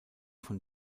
von